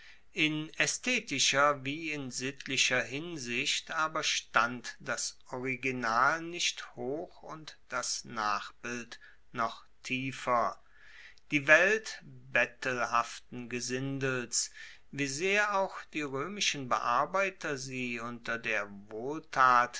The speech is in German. in aesthetischer wie in sittlicher hinsicht aber stand das original nicht hoch und das nachbild noch tiefer die welt bettelhaften gesindels wie sehr auch die roemischen bearbeiter sie unter der wohltat